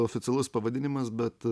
oficialus pavadinimas bet